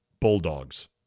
bulldogs